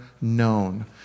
known